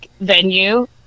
venue